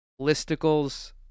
listicles